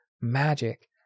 magic